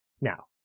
Now